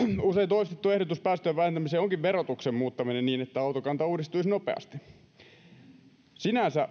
toistettu ehdotus päästöjen vähentämiseen onkin verotuksen muuttaminen niin että autokanta uudistuisi nopeasti sinänsä